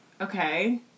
okay